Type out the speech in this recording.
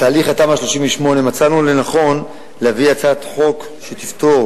בתהליך תמ"א 38 מצאנו לנכון להביא הצעת חוק שתפטור